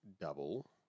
double